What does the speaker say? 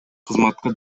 кызматка